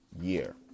year